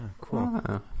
Cool